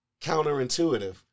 counterintuitive